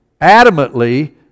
adamantly